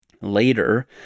Later